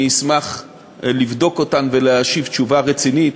אני אשמח לבדוק ולהשיב תשובה רצינית,